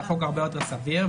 החוק הרבה יותר סביר,